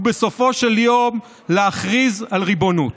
ובסופו של יום להכריז על ריבונות.